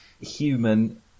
human